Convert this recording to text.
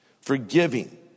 Forgiving